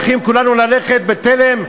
צריכים ללכת כולנו בתלם?